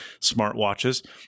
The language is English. smartwatches